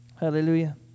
Hallelujah